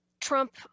Trump